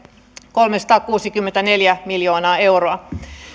kolmesataakuusikymmentäneljä miljoonaa euroa